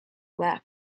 left